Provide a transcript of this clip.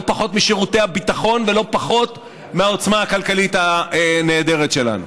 פחות משירותי הביטחון ולא פחות מהעוצמה הכלכלית הנהדרת שלנו.